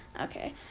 Okay